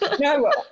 no